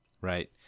Right